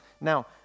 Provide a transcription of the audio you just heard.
Now